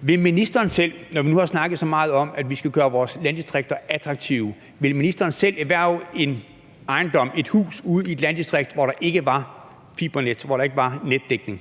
Ville ministeren selv – når vi nu har snakket så meget om, at vi skal gøre vores landdistrikter attraktive – erhverve en ejendom, et hus, ude i et landdistrikt, hvor der ikke var fibernet, hvor der ikke var netdækning?